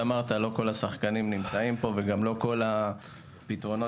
כל השחקנים נמצאים פה וגם לא כל הפתרונות.